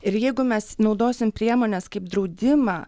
ir jeigu mes naudosim priemones kaip draudimą